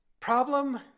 Problem